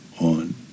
on